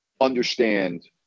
understand